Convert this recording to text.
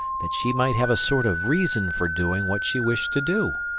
that she might have a sort of reason for doing what she wished to do.